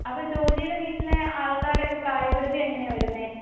അപ്പോൾ ജോജിയുടെ വീട്ടിലെ ആള്ക്കാരുടെയൊക്കെ പ്രായപരിധി എങ്ങനെയാ വരുന്നത്